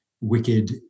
wicked